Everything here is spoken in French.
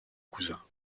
cousin